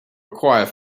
acquire